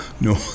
No